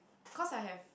cause I have